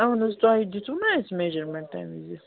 اہن حظ تۄہہِ دِتو نہ اسہ میجرمنٹ تمہ وِزِ